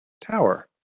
tower